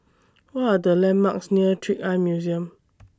What Are The landmarks near Trick Eye Museum